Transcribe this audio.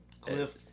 Cliff